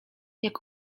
jak